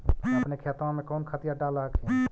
अपने खेतबा मे कौन खदिया डाल हखिन?